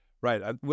Right